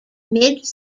mid